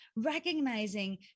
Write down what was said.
recognizing